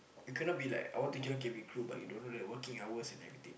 you cannot be like I want to join cabin crew but you don't know the working hours and everything